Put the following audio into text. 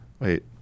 Wait